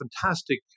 fantastic